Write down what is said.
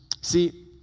See